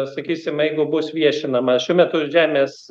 sakysim jeigu bus viešinama šiuo metu žemės